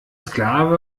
sklave